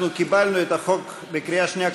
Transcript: אנחנו קיבלנו את החוק בקריאה שנייה,